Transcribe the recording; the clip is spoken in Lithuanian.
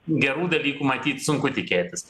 gerų dalykų matyt sunku tikėtis